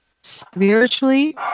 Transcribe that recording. spiritually